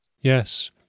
Yes